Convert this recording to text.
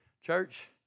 church